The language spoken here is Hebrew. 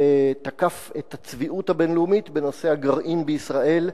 הוא תקף את הצביעות הבין-לאומית בנושא הגרעין בישראל,